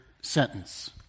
sentence